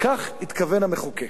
לכך התכוון המחוקק.